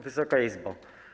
Wysoka Izbo!